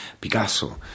Picasso